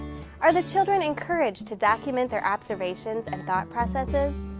are the children encouraged to document their observations and thought processes?